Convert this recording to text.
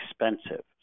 expensive